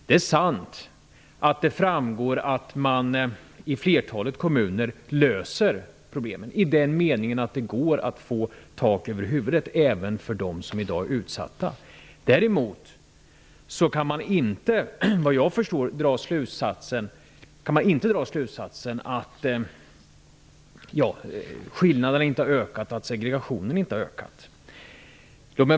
Det är sant att det framgår att man i flertalet kommuner löser problemen i den meningen att det går att få tak över huvudet även för dem som i dag är utsatta. Däremot kan man inte, såvitt jag förstår, dra slutsatsen att skillnaderna inte har blivit större och att segregationen inte har ökat.